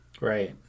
Right